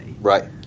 Right